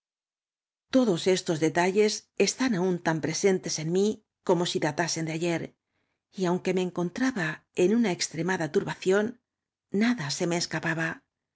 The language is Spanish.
todos estos detalles están aúa tan presentes en mí como si datasen de ayer y aunque me encontraba en una extremada turbación nada se me escapaba